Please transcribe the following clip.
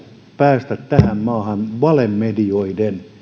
päästä tähän maahan valemedioiden